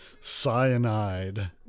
cyanide